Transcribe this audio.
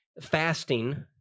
fasting